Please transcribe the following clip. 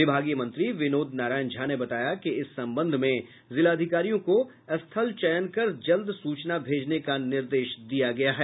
विभागीय मंत्री विनोद नारायण झा ने बताया कि इस संबंध में जिलाधिकारियों को स्थल चयन कर जल्द सूचना भेजने का निर्देश दिया गया है